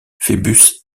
phœbus